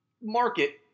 Market